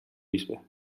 bisbe